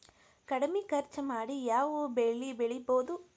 ಕಡಮಿ ಖರ್ಚ ಮಾಡಿ ಯಾವ್ ಬೆಳಿ ಬೆಳಿಬೋದ್?